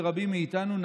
לרבים מאיתנו,